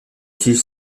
tiges